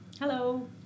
Hello